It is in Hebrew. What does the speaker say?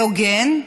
והוגן,